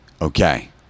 Okay